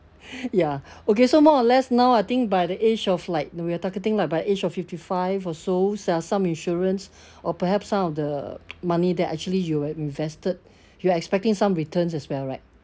ya okay so more or less now I think by the age of like we are targeting like by age of fifty five or so sell some insurance or perhaps some of the money that actually you have invested you're expecting some returns as well right